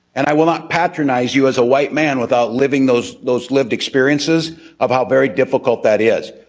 and i will not patronize you as a white man without living those those lived experiences of how very difficult that is.